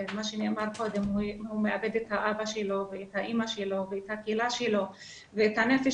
הוא מאבד את האבא שלו ואת האמא שלו ואת הקהילה שלו ואת הנפש